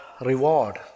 reward